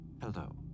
hello